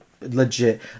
legit